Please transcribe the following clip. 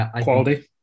Quality